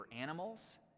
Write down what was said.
animals